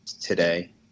today